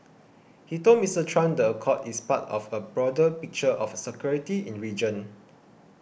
he told Mister Trump the accord is part of a broader picture of security in region